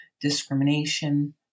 discrimination